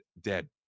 dead